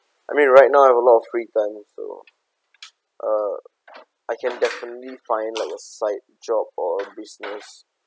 I mean right now I have a lot of free time so uh I can definitely find like a side job or business